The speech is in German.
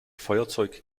feuerzeug